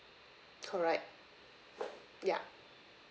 correct ya